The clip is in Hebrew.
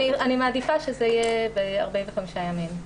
אני מעדיפה שזה יהיה 45 ימים.